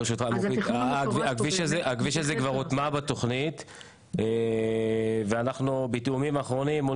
הכביש הזה כבר הוטמע בתוכנית ואנחנו בתאומים אחרונים מול